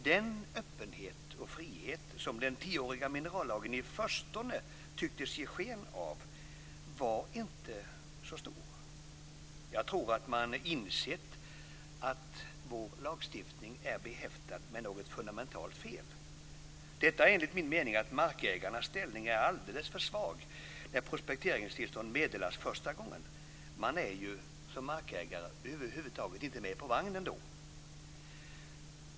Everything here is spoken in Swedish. Den öppenhet och frihet som den tioåriga minerallagen i förstone tycktes ge sken av var inte så stor. Jag tror att man har insett att vår lagstiftning är behäftad med något fundamentalt fel. Detta är enligt min mening att markägarnas ställning är alldeles för svag när prospekteringstillstånd meddelas första gången. Man är som markägare då över huvud taget inte "med på vagnen".